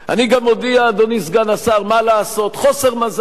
אני גם מודיע, אדוני סגן השר, מה לעשות, חוסר מזל.